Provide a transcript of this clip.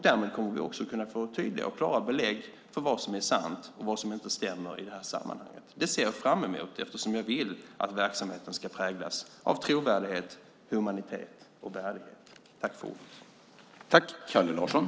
Därmed kommer vi också att kunna få tydliga och klara belägg för vad som är sant och vad som inte stämmer i det här sammanhanget. Det ser jag fram emot eftersom jag vill att verksamheten ska präglas av trovärdighet, humanitet och värdighet.